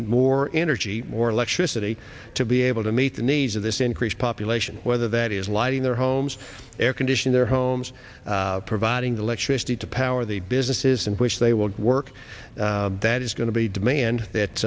more energy more electricity to be able to meet the needs of this increased population whether that is lighting their homes air conditioning their homes providing the electricity to power the businesses in which they will work that is going to be demand that